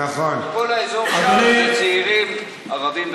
כל האזור שם זה צעירים ערבים,